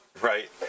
Right